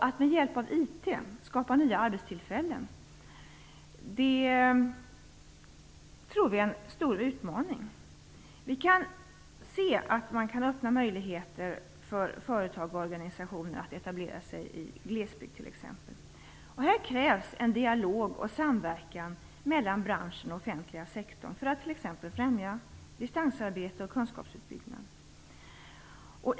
Att med hjälp av IT skapa nya arbetstillfällen tror vi blir en stor utmaning. Vi kan se att man kan öppna möjligheter för företag och organisationer att etablera sig i t.ex. glesbygd. Här krävs en dialog och samverkan mellan branschen och den offentliga sektorn för att främja t.ex. distansarbete och kunskapsuppbyggnad.